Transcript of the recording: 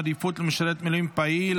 עדיפות למשרת מילואים פעיל),